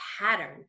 pattern